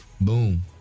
Boom